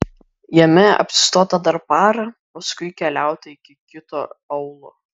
jame apsistota dar parą paskui keliauta iki kito aūlo